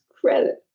credit